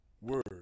word